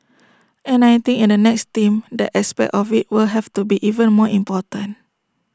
and I think in the next team that aspect of IT will have to be even more important